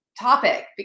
topic